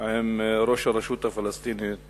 עם ראש הרשות הפלסטינית